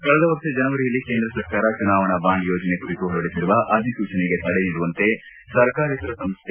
ಕಳೆದ ವರ್ಷ ಜನವರಿಯಲ್ಲಿ ಕೇಂದ್ರ ಸರ್ಕಾರ ಚುನಾವಣಾ ಬಾಂಡ್ ಯೋಜನೆ ಕುರಿತು ಪೊರಡಿಸಿರುವ ಅಧಿಸೂಚನೆಗೆ ತಡೆ ನೀಡುವಂತೆ ಸರ್ಕಾರೇತರ ಸಂಸ್ಟೆ